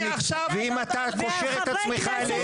ואם אתה קושר את עצמך עליהם,